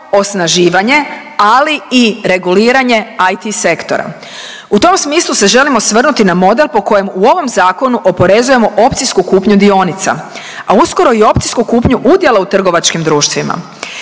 osnaživanje, ali i reguliranje IT sektora. U tom smislu se želim osvrnuti na model po kojem u ovom Zakonu oporezujemo opcijsku kupnju dionica, a uskoro i opcijsku kupnju udjela u trgovačkim društvima.